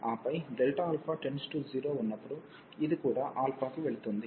ఆపై α→0 ఉన్నప్పుడు ఇది కూడా కి వెళ్తుంది